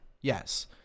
yes